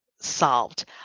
solved